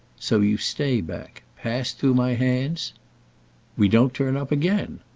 so you stay back. passed through my hands we don't turn up again?